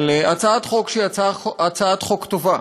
על הצעת חוק שהיא הצעת חוק טובה,